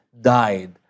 died